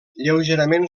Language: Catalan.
lleugerament